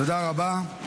תודה רבה.